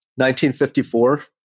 1954